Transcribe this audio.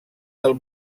del